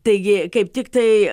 taigi kaip tiktai